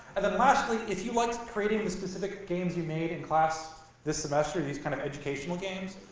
and then lastly, if you liked creating the specific games you made in class this semester, these kind of educational games,